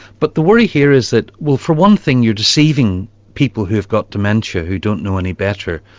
but the worry here is that, well, for one thing you're deceiving people who have got dementia who don't know any better,